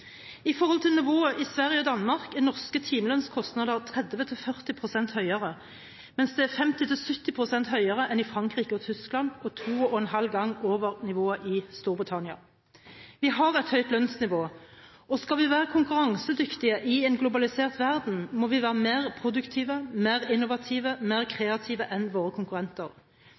I forhold til nivået i Sverige og Danmark er norske timelønnskostnader 30–40 pst. høyere, mens det er 50–70 pst. høyere enn i Frankrike og Tyskland og to og en halv gang over nivået i Storbritannia. Vi har et høyt lønnsnivå, og skal vi være konkurransedyktige i en globalisert verden, må vi være mer produktive, mer innovative og mer kreative enn våre konkurrenter.